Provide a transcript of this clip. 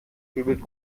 grübelte